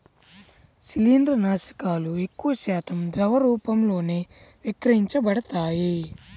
శిలీంద్రనాశకాలు ఎక్కువశాతం ద్రవ రూపంలోనే విక్రయించబడతాయి